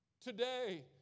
today